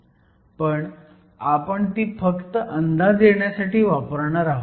पण आपण ती फक्त अंदाज येण्यासाठी वापरणार आहोत